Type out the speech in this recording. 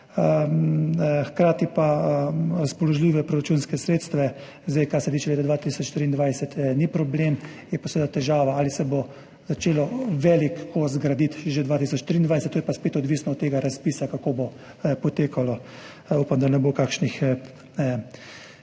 Hkrati pa za razpoložljiva proračunska sredstva, kar se tiče leta 2023, ni problema, je pa seveda težava, ali se bo začelo velik kos graditi že 2023. To je pa spet odvisno od tega razpisa, kako bo potekalo. Upam, da ne bo kakšnih